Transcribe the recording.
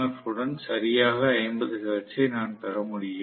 F உடன் சரியாக 50 ஹெர்ட்ஸை நான் பெற முடியும்